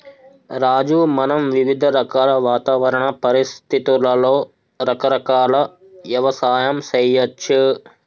రాజు మనం వివిధ రకాల వాతావరణ పరిస్థితులలో రకరకాల యవసాయం సేయచ్చు